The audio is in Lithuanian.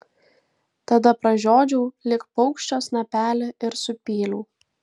tada pražiodžiau lyg paukščio snapelį ir supyliau